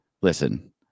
listen